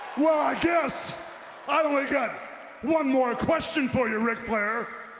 well i guess, i only got one more question for you rick flair.